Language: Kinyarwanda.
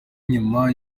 inyuma